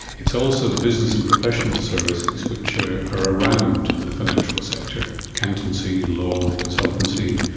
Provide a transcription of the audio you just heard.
it's also the business and professional services which are around the financial sector accountancy, law, consultancy,